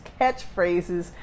catchphrases